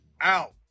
out